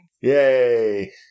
Yay